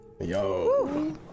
Yo